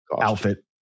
outfit